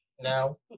No